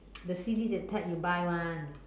the C_D that type you buy [one]